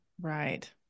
Right